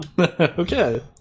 Okay